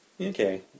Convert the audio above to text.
Okay